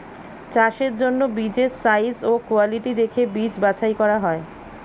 চাষের জন্য বীজের সাইজ ও কোয়ালিটি দেখে বীজ বাছাই করা হয়